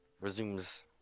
resumes